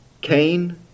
Cain